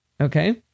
Okay